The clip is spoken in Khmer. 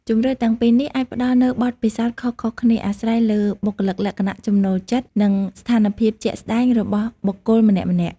ជម្រើសទាំងពីរនេះ អាចផ្ដល់នូវបទពិសោធន៍ខុសៗគ្នា អាស្រ័យលើបុគ្គលិកលក្ខណៈ ចំណូលចិត្ត និងស្ថានភាពជាក់ស្ដែងរបស់បុគ្គលម្នាក់ៗ។